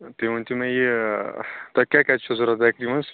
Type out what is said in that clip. تُہۍ ؤنۍ تو مےٚ یہِ تۄہہِ کیٛاہ کیٛاہ چھُو ضوٚرَتھ بیکری منٛز